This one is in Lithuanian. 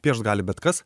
piešt gali bet kas